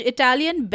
Italian